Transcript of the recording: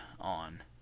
on